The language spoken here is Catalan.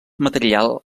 material